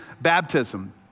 baptism